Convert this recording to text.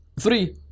three